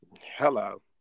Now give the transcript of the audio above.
Hello